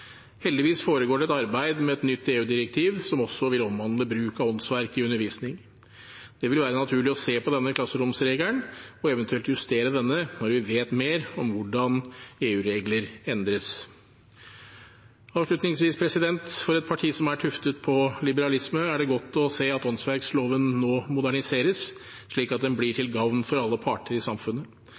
Heldigvis foregår det et arbeid med et nytt EU-direktiv, som også vil omhandle bruk av åndsverk i undervisning. Det vil være naturlig å se på klasseromsregelen og eventuelt justere den når vi vet mer om hvordan EU-regler endres. For et parti som er tuftet på liberalisme, er det godt å se at åndsverkloven nå moderniseres, slik at den blir til gavn for alle parter i samfunnet.